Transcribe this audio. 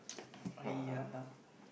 !aiya!